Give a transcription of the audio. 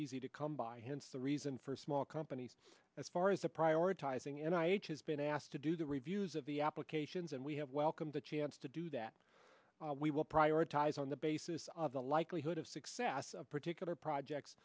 easy to come by hence the reason for small companies as far as the prioritizing and i each has been asked to do the reviews of the applications and we have welcomed the chance to do that we will prioritize on the basis of the likelihood of success of particular projects